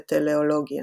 בטלאולוגיה.